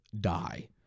die